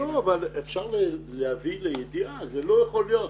אבל אפשר להביא לידיעה, זה לא יכול להיות,